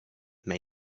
may